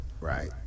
right